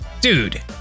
Dude